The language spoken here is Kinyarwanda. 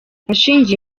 ashingiye